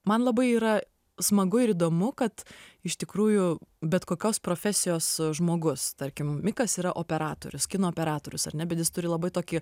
man labai yra smagu ir įdomu kad iš tikrųjų bet kokios profesijos žmogus tarkim mikas yra operatorius kino operatorius ar ne be jis turi labai tokį